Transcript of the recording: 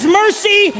mercy